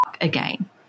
again